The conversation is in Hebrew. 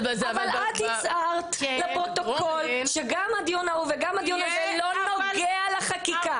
אבל את הצהרת לפרוטוקול שגם הדיון ההוא וגם הדיון הזה לא נוגע לחקיקה.